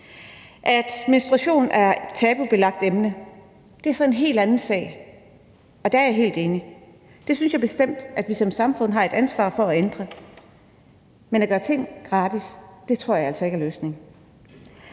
At menstruation er et tabubelagt emne er så en helt anden sag. Og der er jeg helt enig. Det synes jeg bestemt vi som samfund har et ansvar for at ændre. Men at gøre ting gratis tror jeg altså ikke er løsningen.